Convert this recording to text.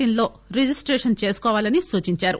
in లో registration చేసుకోవాలని ఆయన సూచించారు